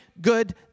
good